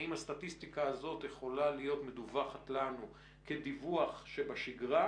האם הסטטיסטיקה הזו יכולה להיות מדווחת לנו כדיווח שבשגרה,